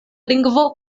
lingvo